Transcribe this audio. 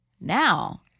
Now